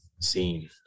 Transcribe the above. Scene